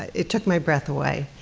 it took my breath away.